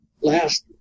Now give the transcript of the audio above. last